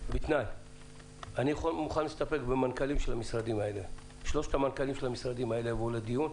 אני מוכן להסתפק בשלושת המנכ"לים של המשרדים האלה שיבואו לדיון.